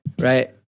right